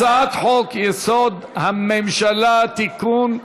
הצעת חוק-יסוד: הממשלה (תיקון,